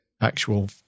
actual